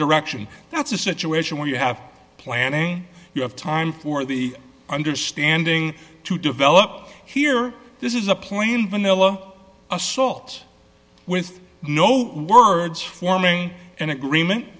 direction that's a situation where you have planning you have time for the understanding to develop here this is a plain vanilla assault with no words forming an agreement